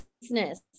business